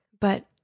But